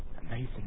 amazing